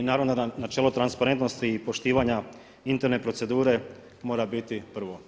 I naravno načelo transparentnosti i poštivanja interne procedure mora biti prvo.